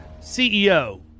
CEO